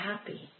happy